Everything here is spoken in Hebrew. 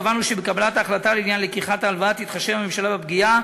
קבענו שבקבלת ההחלטה לעניין ההלוואה תתחשב הממשלה בפגיעה